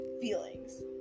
feelings